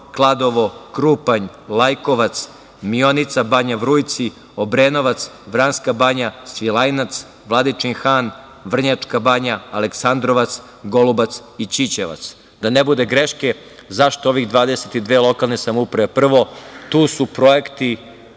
Kladovo, Krupanj, Lajkovac, Mionica, Banja Vrujci, Obrenovac, Vranjska Banja, Svilajnac, Vladičin Han, Vrnjačka Banja, Aleksandrovac, Golubac i Ćićevac. Da ne bude greške, zašto ove 22 lokalne samouprave? Prvo, tu su projekti